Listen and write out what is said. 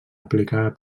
aplicar